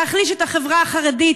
להחליש את החברה החרדית.